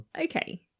Okay